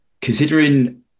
considering